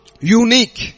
unique